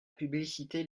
publicité